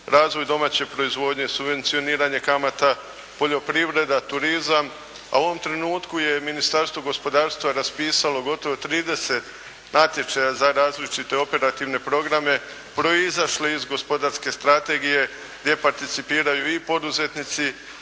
razvoju domaće proizvodnje, subvencioniranje kamata, poljoprivreda, turizam, a u ovom trenutku je Ministarstvo gospodarstva raspisalo gotovo 30 natječaja za različite operativne programe proizašle iz gospodarske strategije, gdje participiraju i poduzetnici